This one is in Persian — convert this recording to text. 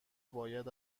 باید